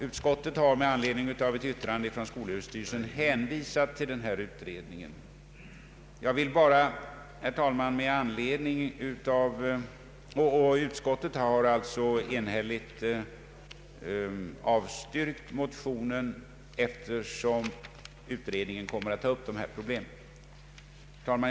Utskottet har med anledning av ett yttrande från skolöverstyrelsen hänvisat till denna utredning. Utskottet har alltså enhälligt avstyrkt motionen, eftersom utredningen kommer att ta upp de här problemen. Herr talman!